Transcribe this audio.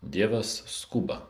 dievas skuba